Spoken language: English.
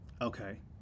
okay